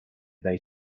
dai